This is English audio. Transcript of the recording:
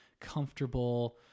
comfortable